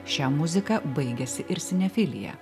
šia muzika baigiasi ir sinefilija